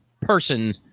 person